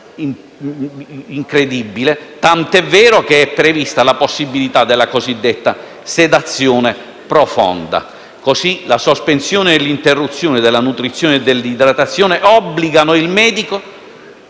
tanto è vero che è prevista la possibilità della cosiddetta sedazione profonda. In tal modo, la sospensione o l'interruzione della nutrizione e dell'idratazione obbligano il medico,